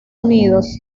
unidos